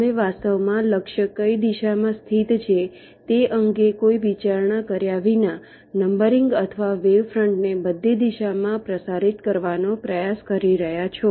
તમે વાસ્તવમાં લક્ષ્ય કઈ દિશામાં સ્થિત છે તે અંગે કોઈ વિચારણા કર્યા વિના નંબરિંગ અથવા વેવ ફ્રન્ટ ને બધી દિશામાં પ્રસારિત કરવાનો પ્રયાસ કરી રહ્યાં છો